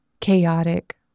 chaotic